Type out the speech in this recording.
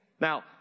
Now